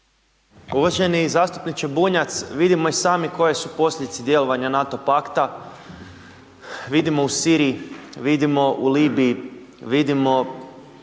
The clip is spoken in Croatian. Uvaženi zastupniče Bunjac, vidimo i sami koje su posljedice djelovanja NATO pakta, vidimo u Siriji, vidimo u Libiji, vidimo